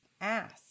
ask